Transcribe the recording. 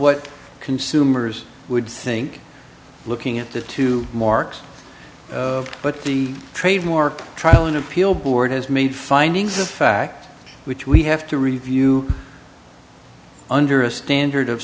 what consumers would think looking at the two marks but the trademark trial and appeal board has made findings of fact which we have to review under a standard of